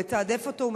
הוא מתעדף אותו,